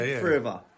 forever